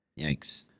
Yikes